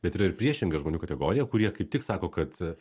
bet yra ir priešinga žmonių kategorija kurie kaip tik sako kad